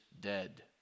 dead